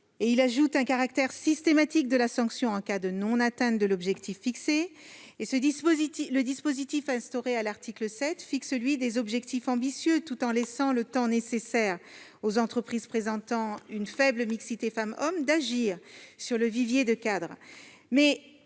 à ajouter un caractère systématique à la sanction en cas de non-atteinte de l'objectif fixé. Le dispositif instauré à l'article 7 fixe des objectifs ambitieux, tout en laissant le temps nécessaire aux entreprises présentant une faible mixité femmes-hommes d'agir sur le vivier de cadres.